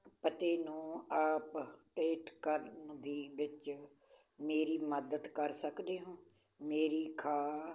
ਪਤੇ ਨੂੰ ਆਪਰੇਟ ਕਰਨ ਦੀ ਵਿੱਚ ਮੇਰੀ ਮਦਦ ਕਰ ਸਕਦੇ ਹੋ ਮੇਰੀ ਖਾ